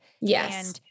Yes